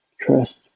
Trust